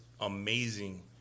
amazing